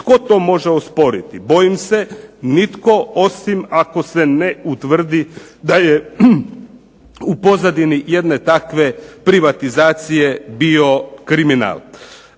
Tko to može osporiti? Bojim se nitko, osim ako se ne utvrdi da je u pozadini jedne takve privatizacije bio kriminal,